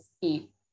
eat